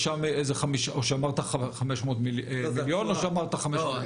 אמרת 500 מיליון או אמרת 5 מיליון?